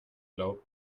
glaubt